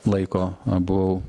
laiko abu